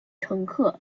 乘客